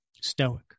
stoic